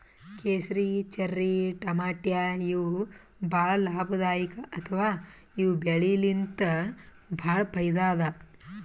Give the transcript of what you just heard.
ಕೇಸರಿ, ಚೆರ್ರಿ ಟಮಾಟ್ಯಾ ಇವ್ ಭಾಳ್ ಲಾಭದಾಯಿಕ್ ಅಥವಾ ಇವ್ ಬೆಳಿಲಿನ್ತ್ ಭಾಳ್ ಫೈದಾ ಅದಾ